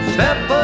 Step